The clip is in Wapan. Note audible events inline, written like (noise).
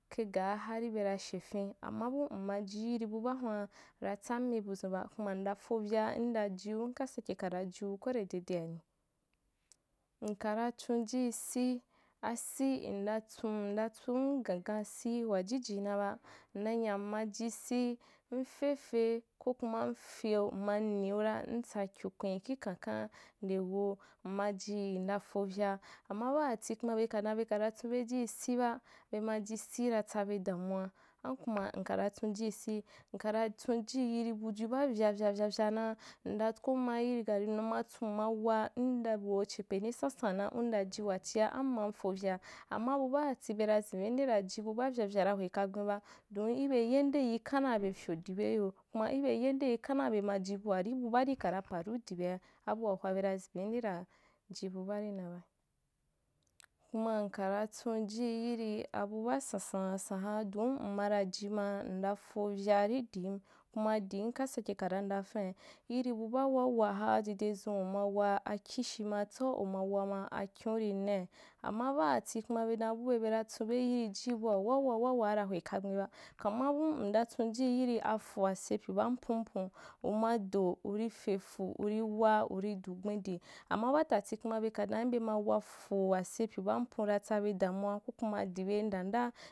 Kai gaa hari bena shefeu amma bum nmaji yirī bu baa hun’a ra tsammai buzun ba, kuma nda fovya ndajiu nka sake kara jiu kwende dede ani, nka tsuji si asi nra tsun nra tsun gan gan si wagiji nabe, n nya m maji si, mfefe, kuma mfeu m ma neura ntsa kinkwen ki khankhan nde weu m maji nra fovya amma baata ti kuma beka dan beka na tsun beji si ba bemaji si natsaba damuwa, amma kuma nkara tsunji si, nkara tsunji yiri buju baa vya vya vya vya naa, nda ko me irî (unintelligible) matsuwa ma mma waa nda weu chepeni sansa’a na ndaji buachia amma nfo vya, amma bu baati bena zenbe nde ra ji bu baa vyavya ra hwe kagben ba, don ibe (unintelligible) sho di be iyo, kuma ibe yan deyi kande a bena ji baarì bu baarî kana pan idi be’a abua hwa bena zembe nde ra ji bu bearina ba. Kuma nkara tsunji abu baa sansan usaasan hoa dan mmara jima nafo vyaa kidmin kuma dim ka sake kana nda paní, yiri bu baa wawa han dedezun uma wa akishima tsau uma wama akin’u ri nai, amma baati kuma bedan bube bena tsunbe yiri ji, bva wawa wawaa ra hwe kaghe ba, kama abum nda tsun yiri afua sep yu ban puapun uma do uri fefu uri, wa uri du gben di amma batati kuma beka dan in bema wafu wa sepyu banpun ra tsabe damuwa ko kuma di be i nda nda.